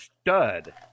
stud